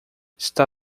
está